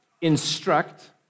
instruct